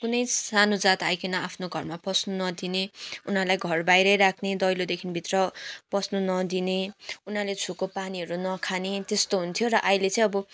कुनै सानो जात आइकन आफ्नो घरमा पस्न नदिने उनीहरूलाई घरबाहिरै राख्ने दैलोदेखि भित्र पस्नु नदिने उनीहरूले छोएको पानीहरू नखाने त्यस्तो हुन्थ्यो र अहिले चाहिँ अब